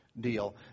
deal